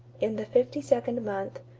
in the fifty-second month,